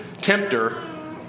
tempter